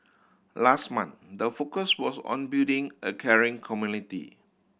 last month the focus was on building a caring community